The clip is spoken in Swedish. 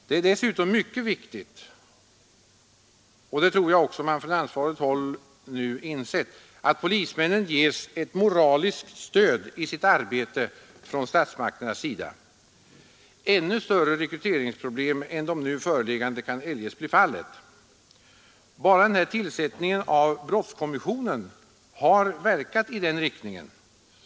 Det är dessutom mycket viktigt, och det tror jag också att man från ansvarigt håll nu insett, att polismännen ges ett moraliskt stöd i sitt arbete från statsmakternas sida. Ännu större rekryteringsproblem än de föreliggande kan eljest bli fallet. Bara tillsättningen av brottskommissionen har verkat i den riktningen.